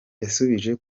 yansubije